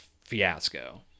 fiasco